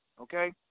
okay